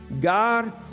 God